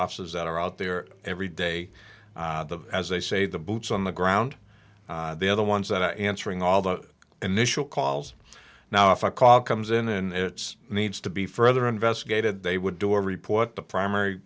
officers that are out there every day as i say the boots on the ground they're the ones that are answering all the initial calls now if a call comes in and it's needs to be further investigated they would do a report the primary